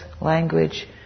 language